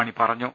മണി പറഞ്ഞു